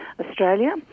Australia